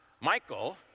Michael